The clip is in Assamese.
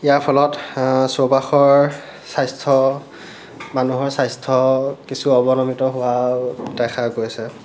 ইয়াৰ ফলত চৌপাশৰ স্বাস্থ্য মানুহৰ স্বাস্থ্য কিছু অৱনমিত হোৱাও দেখা গৈছে